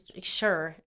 sure